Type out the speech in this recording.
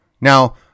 Now